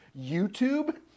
YouTube